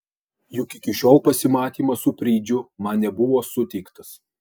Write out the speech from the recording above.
juk iki šiol pasimatymas su preidžiu man nebuvo suteiktas